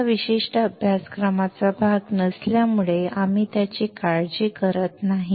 हा या विशिष्ट अभ्यासक्रमाचा भाग नसल्यामुळे आम्ही त्याची काळजी करत नाही